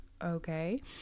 Okay